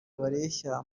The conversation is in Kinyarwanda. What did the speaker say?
bareshya